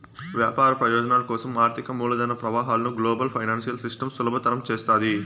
వ్యాపార ప్రయోజనాల కోసం ఆర్థిక మూలధన ప్రవాహాలను గ్లోబల్ ఫైనాన్సియల్ సిస్టమ్ సులభతరం చేస్తాది